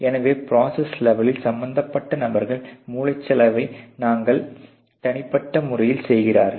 எனவே ப்ரோசஸ் லெவலில் சம்பந்தப்பட்ட நபர்கள் மூளைச்சலவை தங்கள் தனிப்பட்ட முறையில் செய்கிறார்கள்